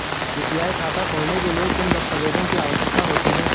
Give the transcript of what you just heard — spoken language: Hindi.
यू.पी.आई खाता खोलने के लिए किन दस्तावेज़ों की आवश्यकता होती है?